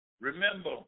remember